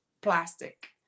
plastic